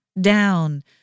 down